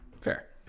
Fair